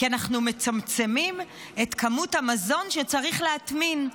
כי אנחנו מצמצמים את כמות המזון שצריך להטמין.